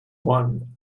one